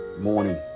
morning